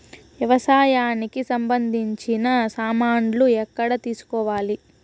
వ్యవసాయానికి సంబంధించిన సామాన్లు ఎక్కడ తీసుకోవాలి?